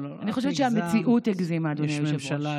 אני חושבת שהמציאות הגזימה, אדוני היושב-ראש.